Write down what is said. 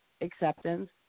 acceptance